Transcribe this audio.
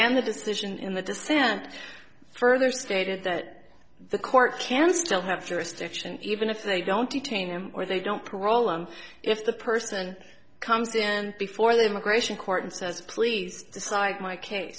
and the decision in the dissent further stated that the court can still have jurisdiction even if they don't detain him or they don't parole and if the person comes in before the immigration court and says please decide my case